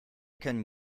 können